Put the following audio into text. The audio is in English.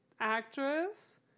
actress